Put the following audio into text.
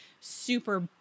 super